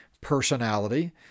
personality